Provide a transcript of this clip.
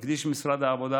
מקדיש משרד העבודה,